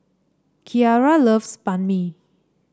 Keara loves Banh Mi